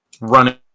running